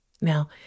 Now